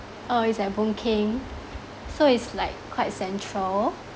uh it's at boon keng so it's like quite central